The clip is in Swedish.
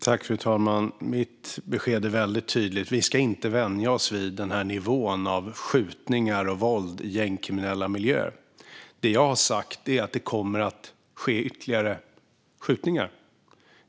Fru talman! Mitt besked är väldigt tydligt. Vi ska inte vänja oss vid den här nivån av skjutningar och våld i gängkriminella miljöer. Vad jag har sagt är att det kommer att ske ytterligare skjutningar.